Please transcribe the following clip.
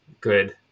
good